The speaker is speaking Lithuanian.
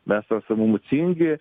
mes esam emocingi